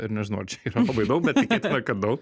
ir nežinau ar čia yra labai daug bet tikėtina kad daug